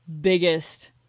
biggest